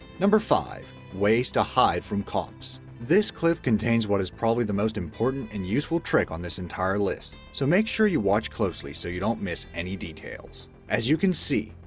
number five, ways to hide from cops. this clip contains what is probably the most important and useful trick on this entire list, so make sure you watch closely so you don't miss any details. as you can see,